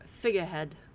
Figurehead